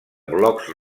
blocs